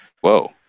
Whoa